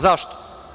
Zašto?